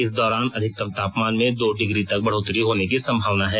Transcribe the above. इस दौरान अधिकतम तापमान में दो डिग्री तक बढ़ोत्तरी होने की संभावना है